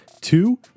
Two